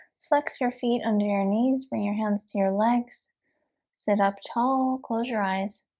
flex your feet under your knees. bring your hands to your legs sit up tall close your eyes